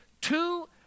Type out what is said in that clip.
two